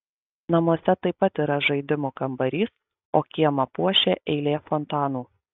namuose taip pat yra žaidimų kambarys o kiemą puošia eilė fontanų